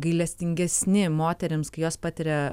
gailestingesni moterims kai jos patiria